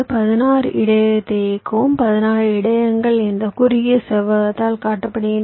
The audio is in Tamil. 16 இடையகத்தை இயக்கவும் 16 இடையகங்கள் இந்த குறுகிய செவ்வகத்தால் காட்டப்படுகின்றன